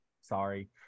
sorry